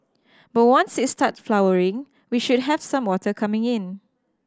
but once it start flowering we should have some water coming in